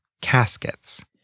caskets